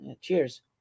Cheers